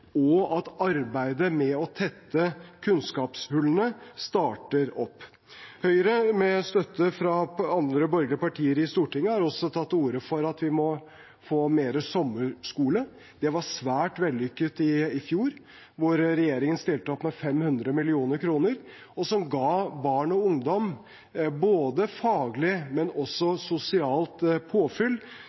og at arbeidet med å tette kunnskapshullene starter opp. Høyre, med støtte fra andre borgerlige partier i Stortinget, har også tatt til orde for at vi må få mer sommerskole. Det var svært vellykket i fjor, hvor regjeringen stilte opp med 500 mill. kr, som ga barn og ungdom både faglig og sosialt påfyll,